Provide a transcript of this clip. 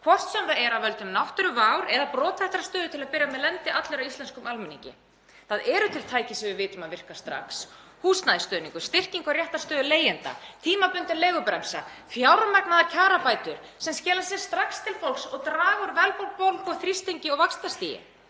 hvort sem það er af völdum náttúruvár eða brothættrar stöðu til að byrja með, lendi allur á íslenskum almenningi? Það eru til tæki sem við vitum að virka strax; húsnæðisstuðningur, styrking á réttarstöðu leigjenda, tímabundin leigubremsa, fjármagnaðar kjarabætur sem skila sér strax til fólks og draga úr verðbólgu, þrýstingi og vaxtastigi.